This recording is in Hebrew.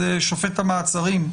זה שופט המעצרים.